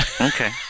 Okay